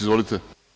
Izvolite.